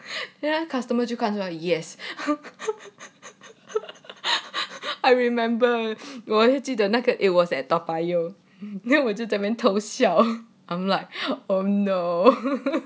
ya customer 就看起来 yes I remember 的那个 it was at toa payoh 我就那边偷笑 oh no